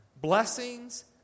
blessings